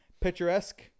Picturesque